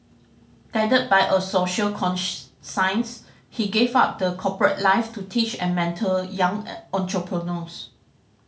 guided by a social science he gave up the corporate life to teach and mentor young entrepreneurs